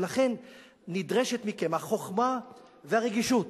ולכן נדרשות מכם החוכמה והרגישות